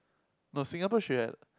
no Singapore should have